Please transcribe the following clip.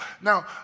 Now